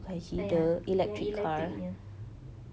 oh ya yang electric punya